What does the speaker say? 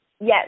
Yes